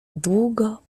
długo